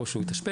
או שהוא התאשפז,